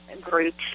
groups